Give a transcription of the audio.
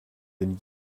and